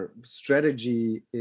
strategy